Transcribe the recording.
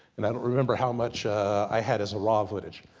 and i don't remember how much i had as a raw footage.